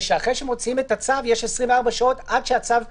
שאחרי שמוציאים את הצו יש 24 שעות עד שהצו פועל,